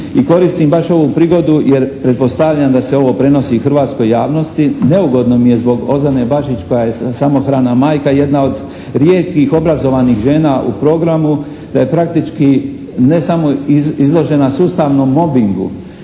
koristim baš ovu prigodu jer pretpostavljam da se ovo prenosi i hrvatskoj javnosti. Neugodno mi je zbog Ozane Bašić koja je samohrana majka, jedna od rijetkih obrazovanih žena u programu, da je praktički ne samo izložena sustavnom mobingu